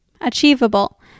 Achievable